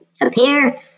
appear